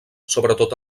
sobretot